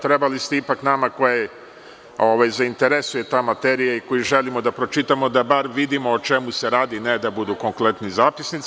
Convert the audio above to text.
Trebali ste ipak nama koje zanima ta materija i koji želimo da pročitamo, da bar vidimo o čemu se radi, ne da budu konkletni zapisnici.